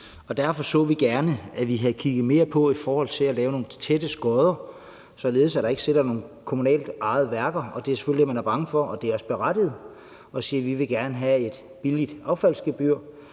Derfor så vi gerne, at vi havde kigget mere på at lave nogle tætte skodder, således at der ikke er nogle kommunalt ejede værker – det er selvfølgelig det, man er bange for her, og det er også berettiget – der sidder og siger: Vi vil gerne have et billigt affaldsgebyr,